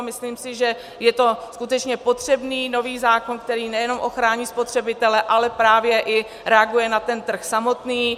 Myslím si, že je to skutečně potřebný nový zákon, který nejen ochrání spotřebitele, ale právě i reaguje na trh samotný.